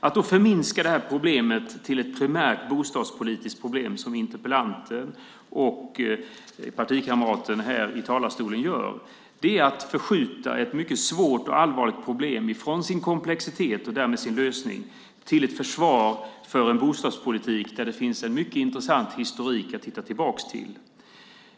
Att förminska det här problemet till ett primärt bostadspolitiskt problem, som interpellanten och partikamraten gör här i talarstolen, är att förskjuta ett mycket svårt och allvarligt problem ifrån sin komplexitet och därmed sin lösning till ett försvar av en bostadspolitik där det finns en mycket intressant historik att titta tillbaka på.